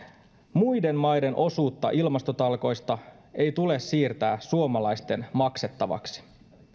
muiden maiden osuutta ilmastotalkoista ei tule siirtää suomalaisten maksettavaksi